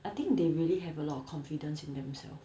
I think they really have a lot of confidence in themselves